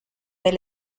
del